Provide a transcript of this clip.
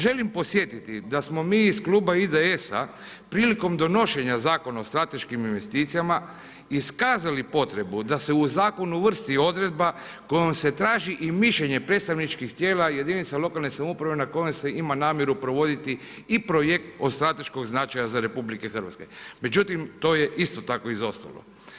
Želim podsjetiti da smo mi iz kluba IDS-a prilikom donošenja Zakona o strateškim investicijama iskazali potrebu da se u zakon uvrsti odredba kojom se traži i mišljenje predstavničkih tijela i jedinica lokalne samouprave na kojem se ima namjeru provoditi i projekt od strateškog značaja za RH, međutim to je isto tako izostalo.